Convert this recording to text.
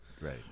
right